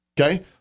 okay